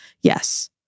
Yes